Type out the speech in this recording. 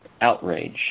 outrage